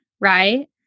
right